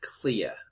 Clear